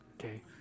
Okay